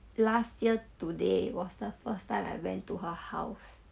last year today was the first time I went to her house